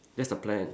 that's the plan